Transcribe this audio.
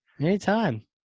Anytime